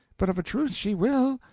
but of a truth she will.